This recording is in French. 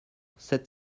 sept